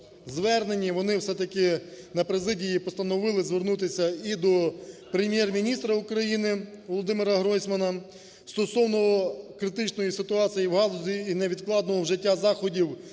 вони все-таки на президії постановили звернутися і до Прем'єр-міністра України Володимира Гройсмана стосовно критичної ситуації в галузі і невідкладного вжиття заходів